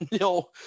no